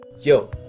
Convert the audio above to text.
Yo